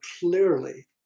clearly